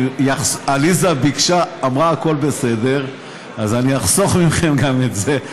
עליזה אמרה: הכול בסדר, אז אחסוך מכם גם את זה.